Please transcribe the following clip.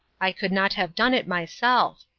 i could not have done it myself.